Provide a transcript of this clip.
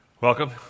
Welcome